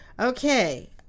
Okay